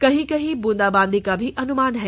कहीं कहीं बूंदाबांदी का भी अनुमान है